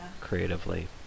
creatively